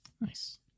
Nice